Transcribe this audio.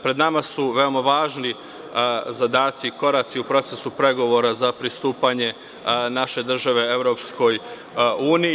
Pred nama su veoma važni zadaci i koraci u procesu pregovora za pristupanje naše države Evropskoj uniji.